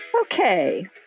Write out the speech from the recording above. Okay